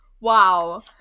Wow